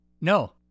No